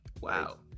Wow